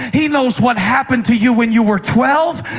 he knows what happened to you when you were twelve.